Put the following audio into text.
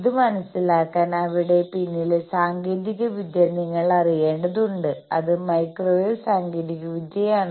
ഇത് മനസിലാക്കാൻ അവയുടെ പിന്നിലെ സാങ്കേതികവിദ്യ നിങ്ങൾ അറിയേണ്ടതുണ്ട് അത് മൈക്രോവേവ് സാങ്കേതികവിദ്യയാണ്